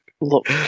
Look